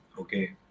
okay